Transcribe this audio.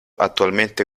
attualmente